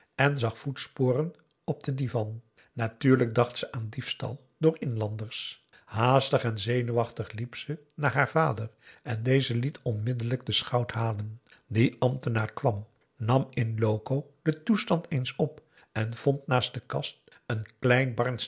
en zag voetsporen op den divan natuurlijk dacht ze aan diefstal door inlanders haastig en zenuwachtig liep ze naar haar vader en deze liet onmiddellijk den schout halen die ambtenaar kwam nam in loco den toestand eens op en vond naast de kast een klein